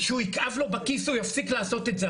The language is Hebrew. כשיכאב לו בכיס הוא יפסיק לעשות את זה.